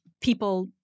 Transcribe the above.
people